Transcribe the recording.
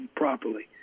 properly